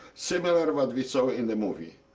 similar what we saw in the movie.